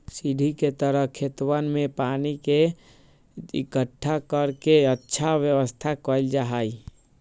सीढ़ी के तरह खेतवन में पानी के इकट्ठा कर के अच्छा व्यवस्था कइल जाहई